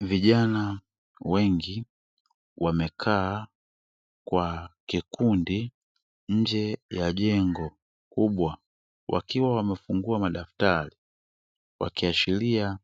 Vijana wengi wamekaa kwa kikundi nje ya jengo kubwa wakiwa wamefungua madaftari wakiashiria